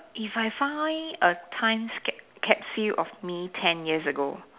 if I find a time scap~ capsule of me ten years ago